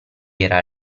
era